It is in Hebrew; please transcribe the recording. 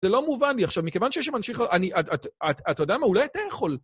זה לא מובן לי עכשיו, מכיוון שיש שם אנשים ש... אה... אתה יודע מה? אולי אתה יכול.